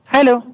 Hello